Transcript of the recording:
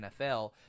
NFL